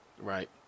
Right